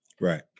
Right